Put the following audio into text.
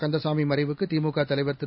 கந்தசாமிமறைவுக்குதிமுகதலைவர் திரு